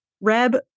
Reb